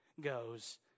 goes